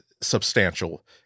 substantial